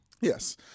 Yes